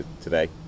today